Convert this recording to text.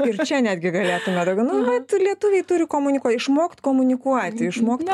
ir čia netgi galėtume daugiau nu vat lietuviai turi komunikuo išmokt komunikuoti išmokt